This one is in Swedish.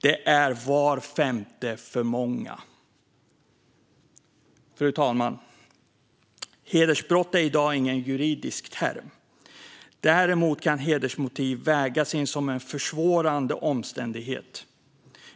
Det är var femte för många. Fru talman! Hedersbrott är i dag ingen juridisk term. Däremot kan hedersmotiv vägas in som en försvårande omständighet.